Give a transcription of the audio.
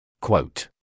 Quote